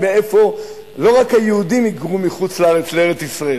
לא רק היהודים היגרו מחוץ-לארץ לארץ-ישראל,